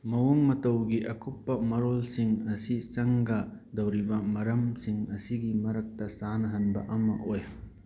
ꯃꯑꯣꯡ ꯃꯇꯧꯒꯤ ꯑꯀꯨꯞꯄ ꯃꯔꯣꯜꯁꯤꯡ ꯑꯁꯤ ꯆꯪꯒꯗꯧꯔꯤꯕ ꯃꯔꯝꯁꯤꯡ ꯑꯁꯤꯒꯤ ꯃꯔꯛꯇ ꯆꯥꯅꯍꯟꯕ ꯑꯃ ꯑꯣꯏ